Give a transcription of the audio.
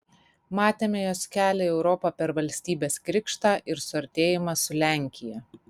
matėme jos kelią į europą per valstybės krikštą ir suartėjimą su lenkija